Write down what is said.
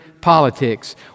politics